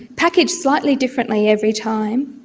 packaged slightly differently every time,